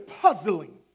puzzling